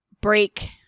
break